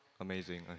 amazing